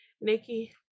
Nikki